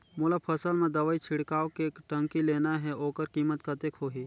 मोला फसल मां दवाई छिड़काव के टंकी लेना हे ओकर कीमत कतेक होही?